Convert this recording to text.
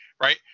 right